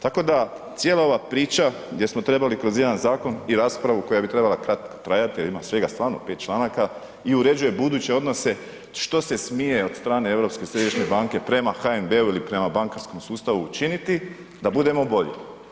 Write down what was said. Tako da cijela ova priča gdje smo trebali kroz jedna zakon i raspravu koja bi trebala kratko trajati jer ima svega stvarno 5 članaka i uređuje buduće odnose što se smije od strane Europske središnje banke prema HNB-u ili prema bankarskom sustavu učiniti da budemo bolji.